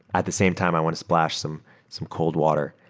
at the same time, i want to splash some some cold water.